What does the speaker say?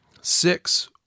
six